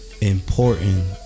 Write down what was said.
important